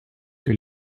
que